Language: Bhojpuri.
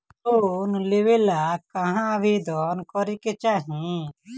लोन लेवे ला कहाँ आवेदन करे के चाही?